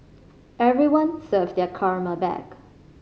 everyone serve their karma back